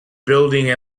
building